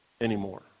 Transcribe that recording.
anymore